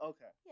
Okay